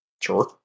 Sure